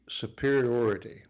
superiority